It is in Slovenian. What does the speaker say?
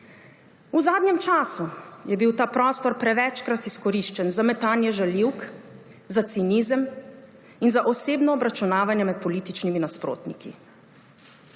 V zadnjem času je bil ta prostor prevečkrat izkoriščen za metanje žaljivk, za cinizem in za osebno obračunavanje med političnimi nasprotniki.